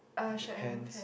the paints